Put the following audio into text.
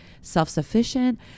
self-sufficient